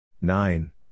Nine